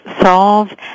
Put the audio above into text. solve